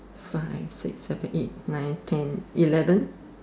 five six seven eight nine ten eleven